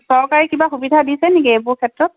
চৰকাৰী কিব সুবিধা দিছে নেকি এইবোৰ ক্ষেত্ৰত